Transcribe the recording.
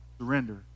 surrender